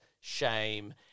shame